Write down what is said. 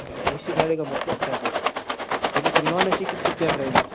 ए C गाड़ी का मतलब क्या है फिर नॉन ए सी की कितनी क्या प्राइज़ है